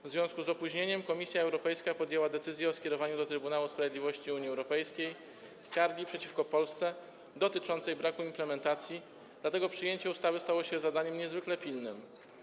W związku z opóźnieniem Komisja Europejska podjęła decyzję o skierowaniu do Trybunału Sprawiedliwości Unii Europejskiej skargi przeciwko Polsce dotyczącej braku implementacji, dlatego przyjęcie ustawy stało się zadaniem niezwykle pilnym.